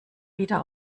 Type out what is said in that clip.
wieder